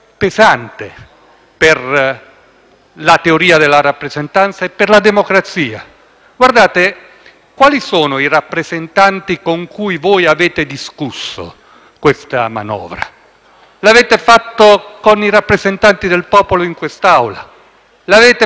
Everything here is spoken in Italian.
L'avete fatto con i rappresentanti del popolo in Assemblea? L'avete fatto con i componenti della Commissione bilancio? Forse lo avete fatto all'interno del vostro Governo; nemmeno con i membri della stessa